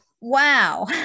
wow